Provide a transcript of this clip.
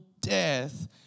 death